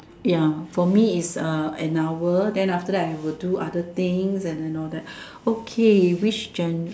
ya for me is uh an hour then after that I will do other thing and then all that okay which gender